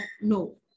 No